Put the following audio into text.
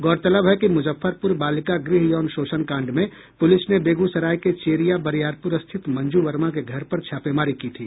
गौरतलब है कि मुजफ्फरपुर बालिका गृह यौन शोषण कांड में पुलिस ने बेगूसराय के चेरिया बरियारपुर स्थित मंजू वर्मा के घर छापेमारी की थी